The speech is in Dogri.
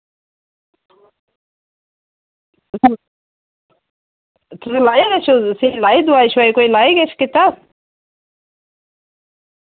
एह् लाई कोई दोआई लाई किश कीता